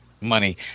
money